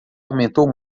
aumentou